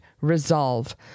resolve